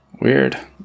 Weird